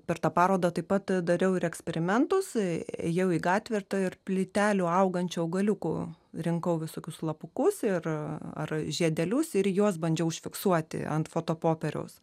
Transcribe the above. per tą parodą taip pat dariau ir eksperimentus ėjau į gatvę ir plytelių augančių augaliukų rinkau visokius lapukus ir ar žiedelius ir juos bandžiau užfiksuoti ant fotopopieriaus